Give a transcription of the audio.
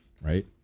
right